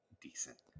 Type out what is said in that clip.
decent